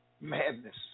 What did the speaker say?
madness